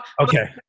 Okay